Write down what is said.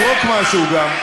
זרוק משהו גם.